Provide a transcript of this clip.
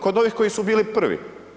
Kod ovih koji su bili prvi.